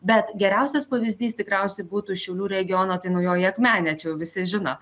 bet geriausias pavyzdys tikriausiai būtų šiaulių regiono tai naujoji akmenė čia jau visi žino